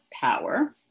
power